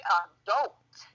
adult